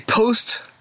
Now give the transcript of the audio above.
Post